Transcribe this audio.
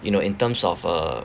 you know in terms of uh